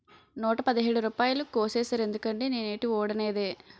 నూట పదిహేడు రూపాయలు కోసీసేరెందుకండి నేనేటీ వోడనేదే